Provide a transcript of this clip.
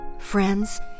Friends